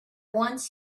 once